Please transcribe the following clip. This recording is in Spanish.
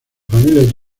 familia